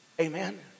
Amen